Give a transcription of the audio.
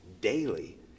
daily